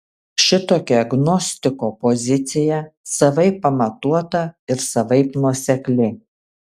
šitokia gnostiko pozicija savaip pamatuota ir savaip nuosekli